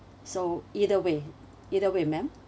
so either way either way ma'am